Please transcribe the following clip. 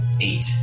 eight